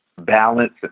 balance